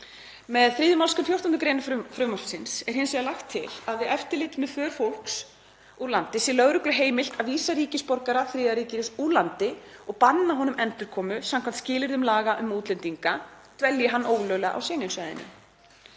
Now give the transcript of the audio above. Með 3. mgr. 14. gr. frumvarpsins er hins vegar lagt til að við eftirlit með för fólks úr landi sé lögreglu heimilt að vísa ríkisborgara þriðja ríkis úr landi og banna honum endurkomu samkvæmt skilyrðum laga um útlendinga dvelji hann ólöglega á Schengen-svæðinu.